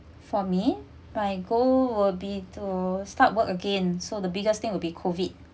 for me my goal will be to start work again so the biggest thing will be COVID